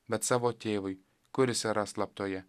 bet savo tėvui kuris yra slaptoje